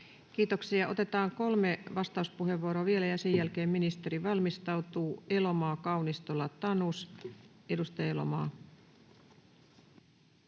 Kiitoksia. — Otetaan kolme vastauspuheenvuoroa vielä, ja sen jälkeen ministeri valmistautuu. Elomaa, Kaunistola, Tanus. — Edustaja Elomaa.